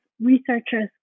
researchers